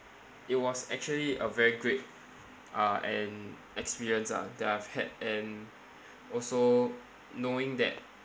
it was actually a very great uh an experience ah that I've had and also knowing that